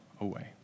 away